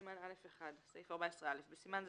סימן א'1 14א. בסימן זה,